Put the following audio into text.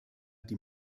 die